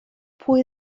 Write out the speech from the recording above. pwy